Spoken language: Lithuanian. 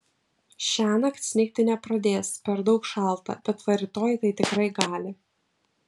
šiąnakt snigti nepradės per daug šalta bet va rytoj tai tikrai gali